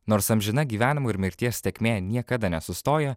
nors amžina gyvenimo ir mirties tėkmė niekada nesustoja